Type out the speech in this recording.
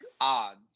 odds